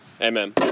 amen